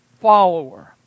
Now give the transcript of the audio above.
follower